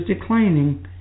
declining